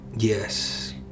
Yes